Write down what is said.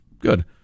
good